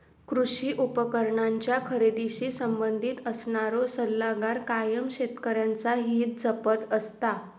कृषी उपकरणांच्या खरेदीशी संबंधित असणारो सल्लागार कायम शेतकऱ्यांचा हित जपत असता